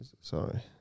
sorry